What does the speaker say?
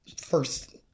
first